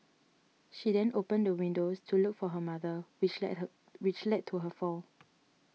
she then opened the windows to look for her mother which led her which led to her fall